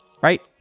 right